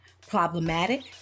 problematic